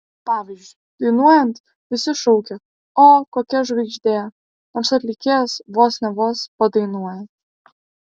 pavyzdžiui dainuojant visi šaukia o kokia žvaigždė nors atlikėjas vos ne vos padainuoja